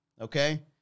Okay